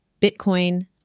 Bitcoin